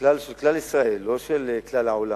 הכלל של כלל ישראל, לא של כלל העולם.